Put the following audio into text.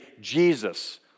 Jesus